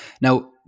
Now